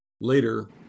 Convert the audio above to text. later